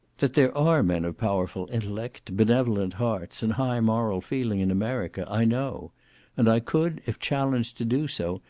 that there are men of powerful intellect, benevolent hearts, and high moral feeling in america, i know and i could, if challenged to do so,